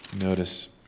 Notice